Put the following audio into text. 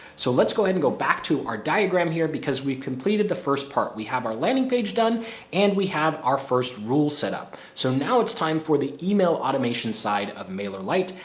so let's go ahead and go back to our diagram here, because we completed the first part. we have our landing page done and we have our first rule setup. so now it's time for the email automation side of mailer light.